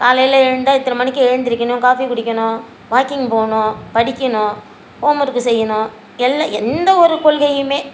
காலையில் எழுந்தால் இத்தனை மணிக்கு எழுந்திரிக்கணும் காஃபி குடிக்கணும் வாக்கிங் போகணும் படிக்கணும் ஹோம் ஒர்க்கு செய்யணும் எல்லா எந்த ஒரு கொள்கையுமே